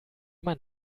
man